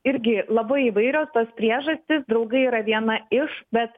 irgi labai įvairios tos priežastys draugai yra viena iš bet